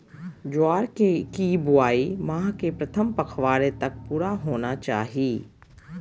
ज्वार की बुआई माह के प्रथम पखवाड़े तक पूरा होना चाही